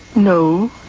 no.